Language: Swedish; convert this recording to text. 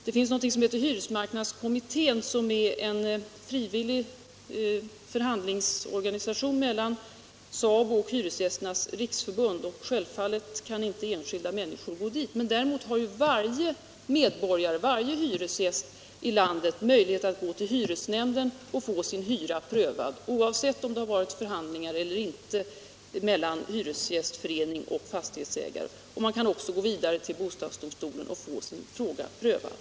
Det finns något som heter hy resmarknadskommittén, som är en frivillig förhandlingsorganisation mellan SABO och Hyresgästernas riksförbund. Självfallet kan inte enskilda människor vända sig dit. Däremot har varje hyresgäst i landet möjlighet att hos hyresnämnd få sin hyra prövad, oavsett om det har förekommit förhandlingar eller inte mellan hyresgästförening och fastighetsägare. Man kan också gå vidare till bostadsdomstolen för att få sitt ärende prövat.